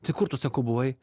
tai kur tu sakau buvai